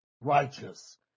righteous